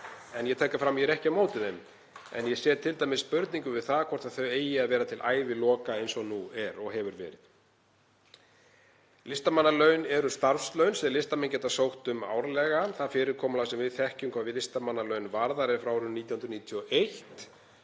Ég tek fram að ég er ekki á móti þeim en ég set t.d. spurningarmerki við það hvort þau eigi að vera til æviloka eins og nú er og hefur verið. Listamannalaun eru starfslaun sem listamenn geta sótt um árlega. Það fyrirkomulag sem við þekkjum hvað listamannalaun varðar er frá árinu 1991.